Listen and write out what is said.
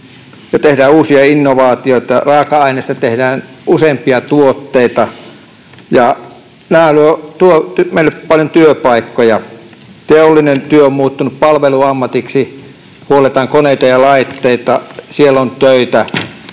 tehdään uusia innovaatioita, raaka-aineista tehdään useampia tuotteita, ja nämä luovat meille paljon työpaikkoja. Teollinen työ on muuttunut palveluammatiksi, huolletaan koneita ja laitteita, siellä on töitä,